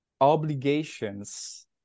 obligations